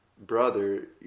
brother